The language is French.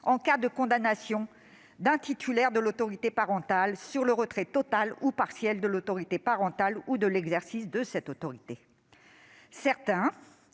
en cas de condamnation d'un titulaire de l'autorité parentale, sur le retrait total ou partiel de l'autorité parentale ou de l'exercice de cette autorité.